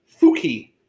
Fuki